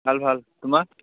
ভাল ভাল তোমাৰ